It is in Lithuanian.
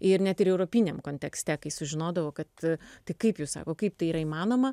ir net ir europiniam kontekste kai sužinodavo kad tai kaip jūs sako kaip tai yra įmanoma